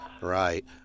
right